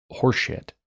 horseshit